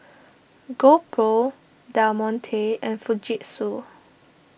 GoPro Del Monte and Fujitsu